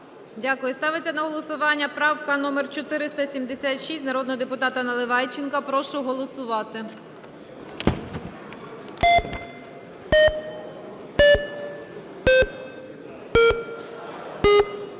Дякую. Ставиться на голосування правка номер 476 народного депутата Наливайченка. Прошу голосувати.